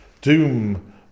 doom